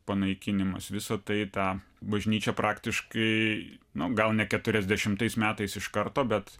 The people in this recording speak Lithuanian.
panaikinimas visa tai tą bažnyčią praktiškai na gal ne keturiasdešimtais metais iš karto bet